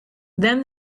then